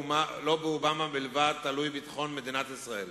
באובמה בלבד תלוי ביטחון מדינת ישראל,